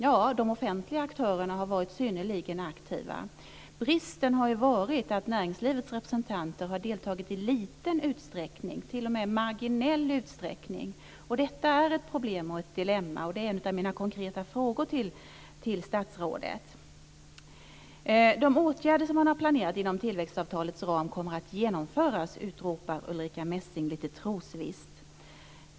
Ja, de offentliga aktörerna har varit synnerligen aktiva. Bristen har ju varit att näringslivets representanter har deltagit i liten - ja, t.o.m. i marginell - utsträckning. Detta är ett problem och ett dilemma. En av mina konkreta frågor till statsrådet gäller alltså det här. De åtgärder som planerats inom tillväxtavtalets ram kommer att genomföras, utropar Ulrica Messing lite trosvisst.